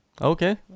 Okay